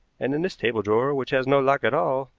and in this table drawer, which has no lock at all,